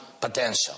potential